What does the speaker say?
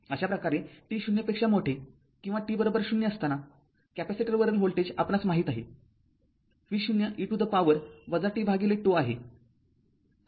अशा प्रकारे t० किंवा t० असताना कॅपेसिटरवरील व्होल्टेज आपणास माहीत आहे V0 e to the power t τ आहे